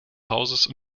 hauses